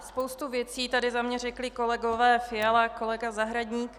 Spoustu věcí tady za mě řekli kolegové Fiala, Zahradník.